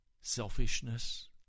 selfishness